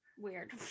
Weird